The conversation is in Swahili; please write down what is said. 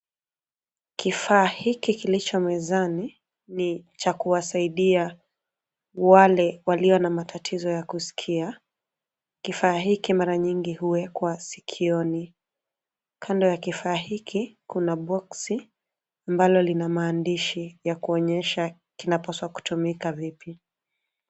Kifaa hiki kilicho mezani ni cha kuwasaidia wale walio na matatizo ya kusikia. Kifaa hiki mara nyingi huwekwa sikioni. Kando ya kifaa hiki kuna boksi ambalo lina maandishi ya kuonyesha kinapaswa kutumika vipi.